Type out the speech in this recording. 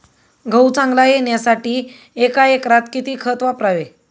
गहू चांगला येण्यासाठी एका एकरात किती खत वापरावे?